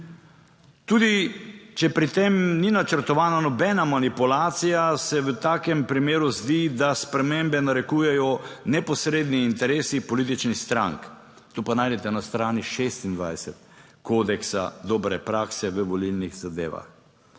Tudi, če pri tem ni načrtovana nobena manipulacija, se v takem primeru zdi, da spremembe narekujejo neposredni interesi političnih strank. Tu pa najdete na strani 26, Kodeksa dobre prakse v volilnih zadevah.